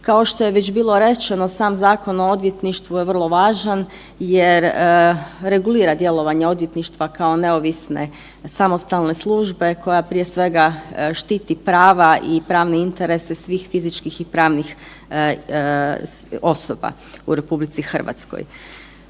Kao što je već bilo rečeno sam Zakon o odvjetništvu je vrlo važan jer regulira djelovanje odvjetništva kao neovisne samostalne službe koja prije svega štiti prava i pravne interese svih fizičkih i pravnih osobe u RH.